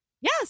Yes